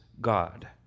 God